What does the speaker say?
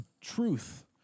truth